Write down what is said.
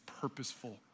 purposeful